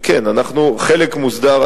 כן, חלק מוסדר.